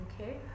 Okay